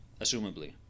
assumably